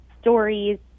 stories